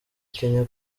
kenya